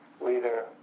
leader